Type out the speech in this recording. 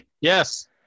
Yes